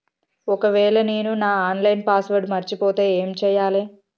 ఒకవేళ నేను నా ఆన్ లైన్ పాస్వర్డ్ మర్చిపోతే ఏం చేయాలే?